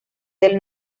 del